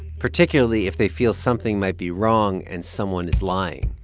particularly if they feel something might be wrong and someone is lying.